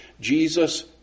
Jesus